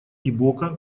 ибока